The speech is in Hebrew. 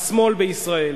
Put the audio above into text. השמאל בישראל.